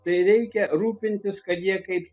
tai reikia rūpintis kad jie kaip